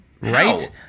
right